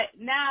now